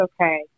okay